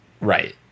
Right